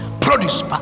produce